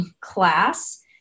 class